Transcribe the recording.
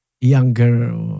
younger